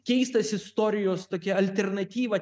keistas istorijos tokia alternatyva